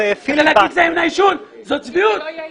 זו צביעות.